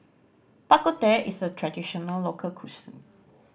Bak Kut Teh is a traditional local